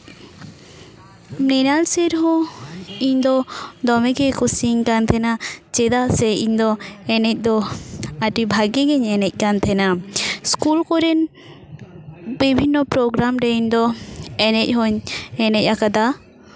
Mrinal sir ᱦᱚᱸ ᱤᱧ ᱫᱚ ᱫᱚᱢᱮ ᱜᱮᱭ ᱠᱩᱥᱤᱭᱟᱹᱧ ᱠᱟᱱ ᱛᱟᱦᱮᱱᱟ ᱥᱮ ᱤᱧ ᱫᱚ ᱮᱱᱮᱡ ᱫᱚ ᱟ ᱰᱤ ᱵᱟ ᱜᱤ ᱜᱤᱧ ᱮᱱᱮᱡ ᱠᱟᱱ ᱛᱟᱦᱮᱱᱟ ᱥᱠᱩᱞ ᱠᱚᱨᱮᱱ ᱵᱤᱵᱷᱤᱱᱱᱚ ᱯᱨᱳᱜᱨᱟᱢ ᱨᱮ ᱤᱧ ᱫᱚ ᱮᱱᱮᱡ ᱦᱩᱧ ᱮᱱᱮᱡ ᱟᱠᱟᱫᱟ